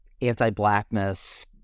anti-blackness